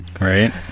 Right